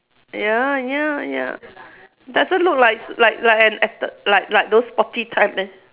ya ya ya doesn't look like s~ like like an acte~ like like those sporty type meh